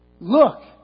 Look